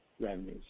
revenues